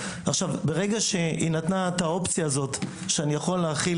ברגע שהיא נתנה אופציה שאני יכול להחיל